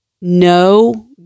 No